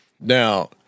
Now